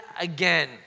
again